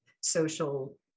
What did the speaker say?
social